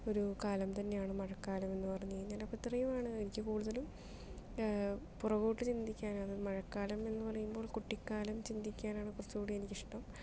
ഒരു കാലം തന്നെയാണ് മഴക്കാലമെന്നു പറഞ്ഞു കഴിഞ്ഞാൽ അപ്പോൾ അത്രെയുമാണ് എനിക്ക് കൂടുതലും പുറകോട്ട് ചിന്തിക്കാനാണ് മഴക്കാലം എന്ന് പറയുമ്പോൾ കുട്ടിക്കാലം ചിന്തിക്കാനാണ് കുറച്ചുകൂടി എനിക്കിഷ്ട്ടം